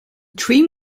trim